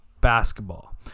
basketball